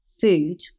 food